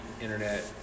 internet